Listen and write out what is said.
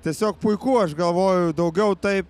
tiesiog puiku aš galvoju daugiau taip